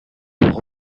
pour